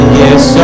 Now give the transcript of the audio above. yes